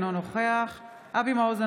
אינו נוכח אבי מעוז,